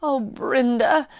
ah! brenda,